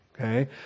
okay